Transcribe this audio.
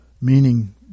Meaning